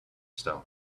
stone